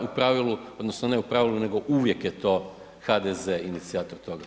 U pravilu odnosno ne u pravilu nego uvijek je to HDZ inicijator toga.